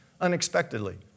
unexpectedly